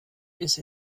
ist